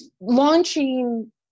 launching